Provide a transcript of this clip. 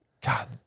God